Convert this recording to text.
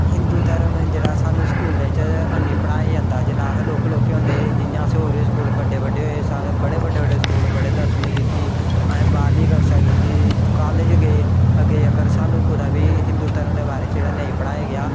हिंदू धर्म जेह्ड़ा सानूं स्कूलें च हैन्नी पढ़ाया जंदा जेल्लै अस लौह्के लौह्के होंदे हे जि'यां असें होर बी स्कूल बड्डे बड्डे होए साढ़े बड़े बड्डे बड्डे स्कूल पढ़े दसमीं कीती अहें बाह्रमीं कक्षा कीती कालेज गे अग्गें तकर सानूं कुतै बी हिंदू धर्म दे बारे च जेह्ड़ा नेईं पढ़ाया गेआ